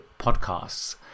podcasts